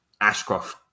Ashcroft